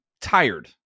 tired